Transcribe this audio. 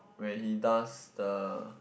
where he does the